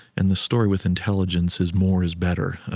and the story with intelligence is more is better. ah